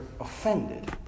offended